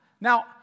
now